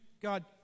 God